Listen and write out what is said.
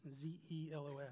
Z-E-L-O-S